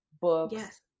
books